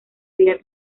vida